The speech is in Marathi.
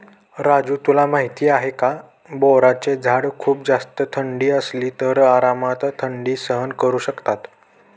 राजू तुला माहिती आहे का? बोराचे झाड खूप जास्त थंडी असली तरी आरामात थंडी सहन करू शकतात